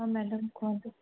ହଁ ମାଡ଼୍ୟାମ କୁହନ୍ତୁ